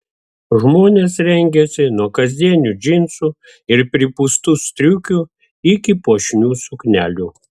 žmonės rengėsi nuo kasdienių džinsų ir pripūstų striukių iki puošnių suknelių